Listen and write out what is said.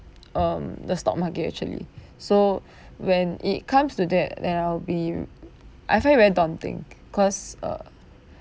um the stock market actually so when it comes to that then I'll be I find it very daunting because uh